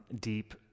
deep